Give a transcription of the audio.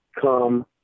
come